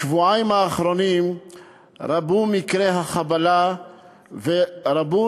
בשבועיים האחרונים רבו מקרי החבלה ורבו